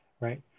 right